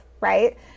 right